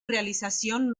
realización